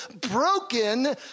broken